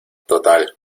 total